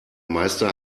meister